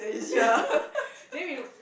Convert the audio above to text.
then you